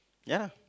ya